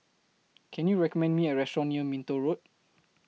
Can YOU recommend Me A Restaurant near Minto Road